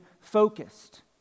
focused